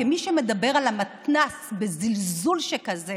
כי מי שמדבר על המתנ"ס בזלזול שכזה